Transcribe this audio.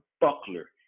buckler